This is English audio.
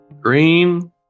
Green